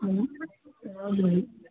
ಹ್ಞೂ